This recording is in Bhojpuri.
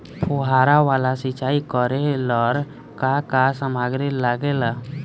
फ़ुहारा वाला सिचाई करे लर का का समाग्री लागे ला?